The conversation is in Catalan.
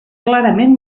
clarament